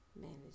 manage